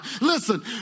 Listen